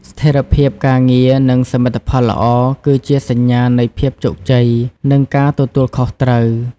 ស្ថិរភាពការងារ និងសមិទ្ធផលល្អ គឺជាសញ្ញានៃភាពជោគជ័យ និងការទទួលខុសត្រូវ។